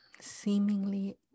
seemingly